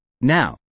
Now